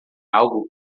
algo